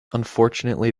unfortunately